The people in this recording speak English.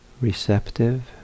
receptive